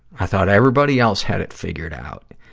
i thought everybody else had it figured out.